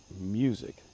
music